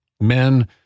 men